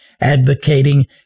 advocating